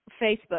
Facebook